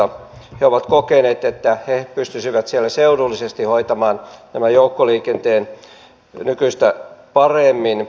he ovat kokeneet että he pystyisivät siellä seudullisesti hoitamaan tämän joukkoliikenteen nykyistä paremmin